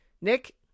Nick